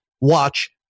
watch